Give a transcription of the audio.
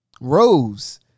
Rose